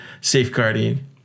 safeguarding